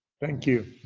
thank you.